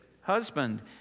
husband